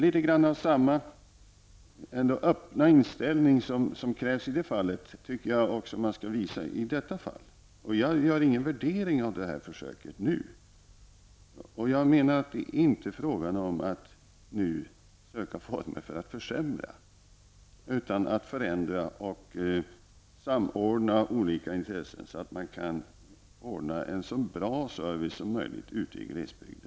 Något av den öppna inställning som krävs i det fallet tycker jag också behövs i det här sammanhanget. Jag gör ingen värdering av försöket nu. Men jag menar att det inte är fråga om att nu söka former för att försämra. I stället är det fråga om att åstadkomma en förändring och om att samordna olika intressen, så att den här servicen blir så bra som möjligt ute i glesbygden.